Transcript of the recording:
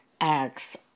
Acts